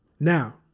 Now